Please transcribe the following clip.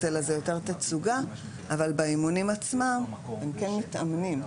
אלא זה יותר תצוגה אבל באימונים עצמם הם כן מתאמנים,